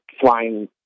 flying